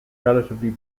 relatively